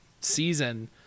season